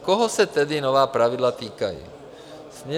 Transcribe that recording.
Koho se tedy nová pravidla týkají?